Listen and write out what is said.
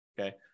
okay